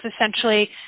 essentially